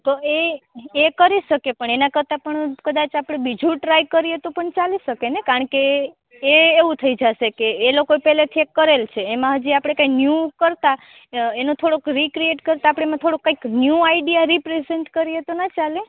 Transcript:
તો એ એ કરી શકીએ પણ એના કરતાં પણ કદાચ આપણે બીજું ટ્રાય કરીએ તો પણ ચાલી શકેને કારણ કે એ એવું થઈ જશે કે એ લોકો પહેલેથી એ કરેલ છે એમાં હજી આપણે કંઈ ન્યુ કરતાં એનું થોડુંક રીક્રિએટ કરી તો આપણે એમાં થોડુંક કંઈક ન્યુ આઇડિયા રિપ્રેસેન્ટ કરીએ તો ન ચાલે